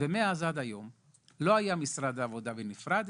ומאז ועד היום לא היה משרד העבודה בנפרד.